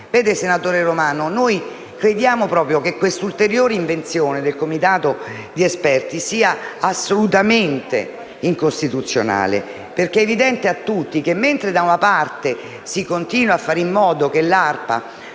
Vede, senatore Romano, noi crediamo proprio che l'ulteriore invenzione del comitato di esperti sia assolutamente incostituzionale. È evidente a tutti, infatti, che, mentre da una parte si continua a fare in modo che l'ARPA